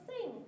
Sing